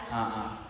ah ah